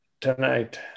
tonight